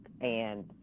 and-